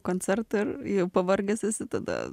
koncertą ir jau pavargęs esi tada